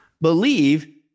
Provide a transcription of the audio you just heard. believe